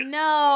no